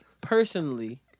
personally